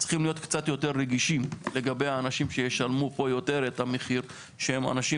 להיות קצת יותר רגישים לגבי אנשים שישלמו יותר את המחיר שהם אנשים